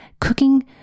cooking